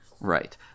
right